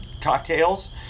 cocktails